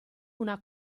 una